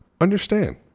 understand